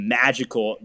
magical